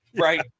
Right